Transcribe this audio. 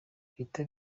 bihita